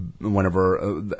whenever